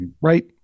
right